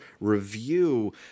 review